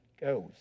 goes